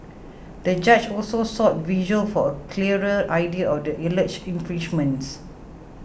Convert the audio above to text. the judge also sought visuals for a clearer idea of the alleged infringements